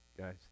guys